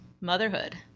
motherhood